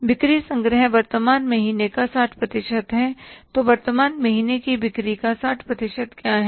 बिक्री संग्रह वर्तमान महीने का 60 प्रतिशत है तो वर्तमान महीने की बिक्री का 60 प्रतिशत क्या है